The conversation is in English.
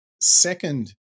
second